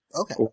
Okay